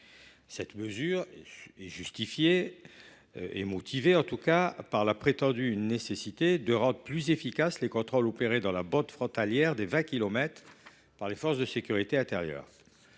Cette mesure serait motivée par la prétendue nécessité de rendre plus efficaces les contrôles opérés dans la bande frontalière des vingt kilomètres par les forces de sécurité intérieure.